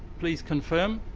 please confirm.